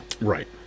Right